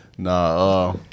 Nah